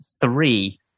three